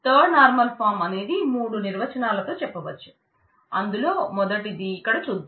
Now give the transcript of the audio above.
third normal form అనేది మూడు నిర్వచనాలతో చెప్పవచ్చు అందులో మొదటిది ఇక్కడ చూద్దాం